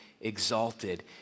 exalted